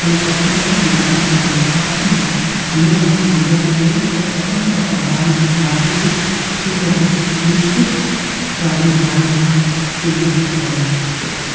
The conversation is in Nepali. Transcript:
सन् सत्र सय सैँतालिस सालले फारसी र मुगल साम्राज्य दुवैबाट स्वतन्त्र अफगान राजनैतिक अस्तित्वको निश्चित प्रादुर्भावलाई चिन्हित गऱ्यो